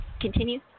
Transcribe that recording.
continue